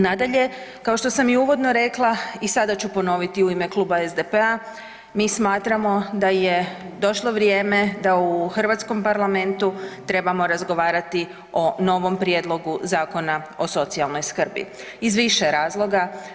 Nadalje, kao što sam i uvodno rekla i sada ću ponoviti u ime Kluba SDP-a, mi smatramo da je došlo vrijeme da u hrvatskom parlamentu trebamo razgovarati o novom prijedlogu zakona o socijalnoj skrbi iz više razloga.